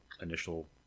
initial